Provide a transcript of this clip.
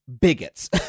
bigots